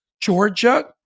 Georgia